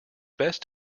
best